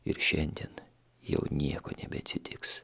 ir šiandien jau nieko nebeatsitiks